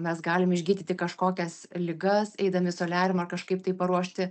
mes galim išgydyti kažkokias ligas eidami soliariumą ar kažkaip tai paruošti